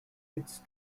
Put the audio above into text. its